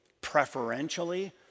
preferentially